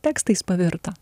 tekstais pavirto